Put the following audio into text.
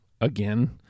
again